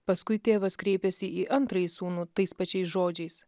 paskui tėvas kreipėsi į antrąjį sūnų tais pačiais žodžiais